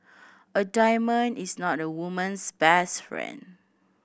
a diamond is not a woman's best friend